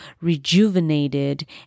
rejuvenated